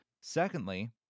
Secondly